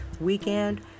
weekend